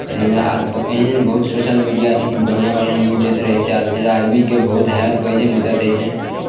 एहेन आ एहेन एहेन बहुत सोशल मीडिया छै कि बढ़िआँ बढ़िआँ न्यूज दैत रहै छै जाहिसँ आदमी के बहुत हेल्प होइ छै मदद हइ छै